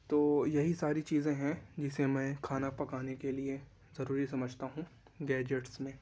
تو یہی ساری چیزیں ہیں جسے میں کھانا پکانے کے لیے ضروری سمجھتا ہوں گیجٹس میں